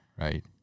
Right